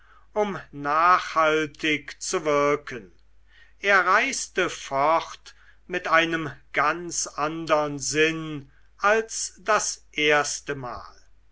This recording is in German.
um nachhaltig zu wirken er reiste fort mit einem ganz andern sinn als das erste mal